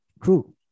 true